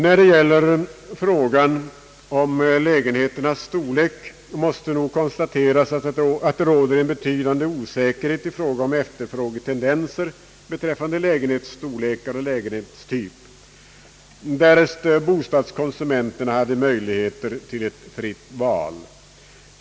När det gäller frågan om lägenheternas storlek måste nog konstateras att det råder en betydande osäkerhet i fråga om efterfrågetendenser beträffande lägenhetsstorlekar och lägenhetstyper, därest bostadskonsumenterna hade möjligheter till ett fritt val.